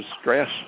stress